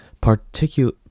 Particular